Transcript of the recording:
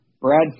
Brad